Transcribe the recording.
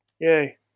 Yay